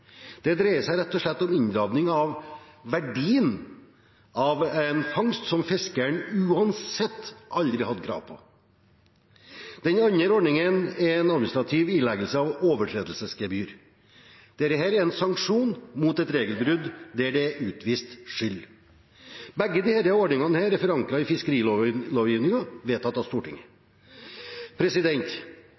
Det dreier seg rett og slett om inndragning av verdien av en fangst som fiskeren uansett aldri har hatt krav på. Den andre ordningen er administrativ ileggelse av et overtredelsesgebyr. Dette er en sanksjon mot et regelbrudd når det er utvist skyld. Begge disse ordningene er forankret i fiskerilovgivningen, vedtatt av Stortinget.